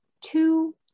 two